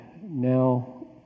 now